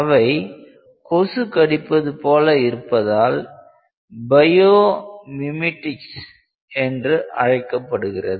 அவை கொசு கடிப்பது போல இருப்பதால் பயோமிமிடிக்ஸ் என்று அழைக்கப்படுகிறது